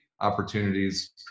opportunities